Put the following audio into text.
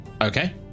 okay